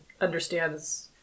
understands